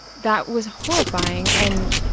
that was horrifying. and